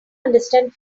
understand